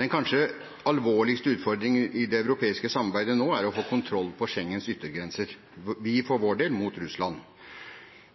Den kanskje alvorligste utfordringen i det europeiske samarbeidet nå er å få kontroll på Schengens yttergrenser – vi for vår del mot Russland.